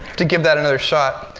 to give that another shot.